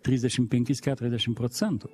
trisdešim penkis keturiasdešim procentų